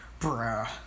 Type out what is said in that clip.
bruh